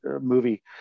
movie